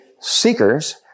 seekers